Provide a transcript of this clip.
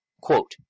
quote